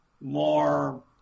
more